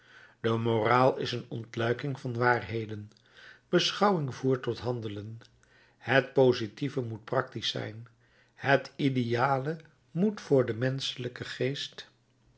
de moraal is een ontluiking van waarheden beschouwing voert tot handelen het positieve moet practisch zijn het ideale moet voor den menschelijken geest